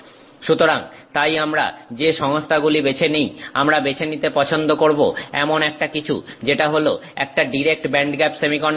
সুতরাং তাই আমরা যে সংস্থাগুলি বেছে নিই আমরা বেছে নিতে পছন্দ করব এমন একটা কিছু যেটা হলো একটা ডিরেক্ট ব্যান্ডগ্যাপ সেমিকন্ডাক্টর